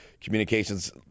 communications